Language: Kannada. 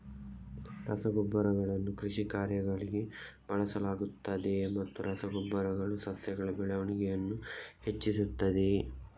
ರಸಗೊಬ್ಬರಗಳನ್ನು ಕೃಷಿ ಕಾರ್ಯಗಳಿಗೆ ಬಳಸಲಾಗುತ್ತದೆಯೇ ಮತ್ತು ರಸ ಗೊಬ್ಬರಗಳು ಸಸ್ಯಗಳ ಬೆಳವಣಿಗೆಯನ್ನು ಹೆಚ್ಚಿಸುತ್ತದೆಯೇ?